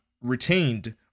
retained